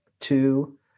two